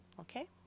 Okay